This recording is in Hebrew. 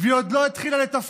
והיא עוד לא התחילה לתפקד,